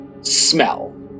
smell